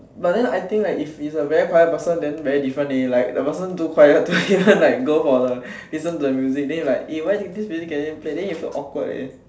but then I think like if is a very quiet person then very different eh like the person too quiet to even like go for the listen to the music then you like eh why then you feel awkward eh